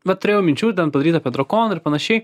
vat turėjau minčių ir ten padaryt apie drakoną ir panašiai